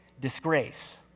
disgrace